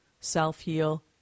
self-heal